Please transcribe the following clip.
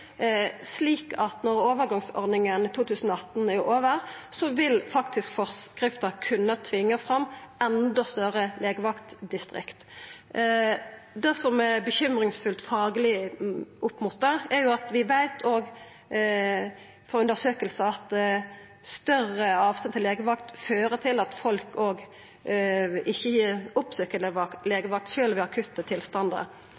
slik at når overgangsordninga i 2018 er over, vil faktisk forskrifta kunna tvinga fram endå større legevaktdistrikt. Det som er bekymringsfullt, fagleg, opp mot det, er at vi veit frå undersøkingar at større avstand til legevakt fører til at folk ikkje